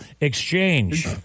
exchange